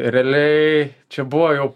realiai čia buvo jau